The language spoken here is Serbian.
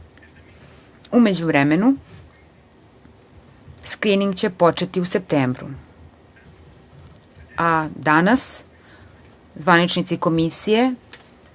međuvremenu, skrining će početi u septembru, a danas zvaničnici komisije